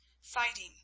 fighting